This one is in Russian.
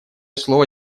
слово